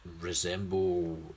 resemble